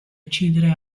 uccidere